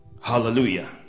Hallelujah